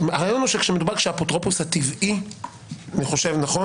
דו"ח כאמור בה, אם ראה סיבה מיוחדת לעשות כן.